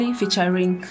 featuring